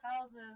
houses